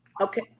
Okay